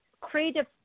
creative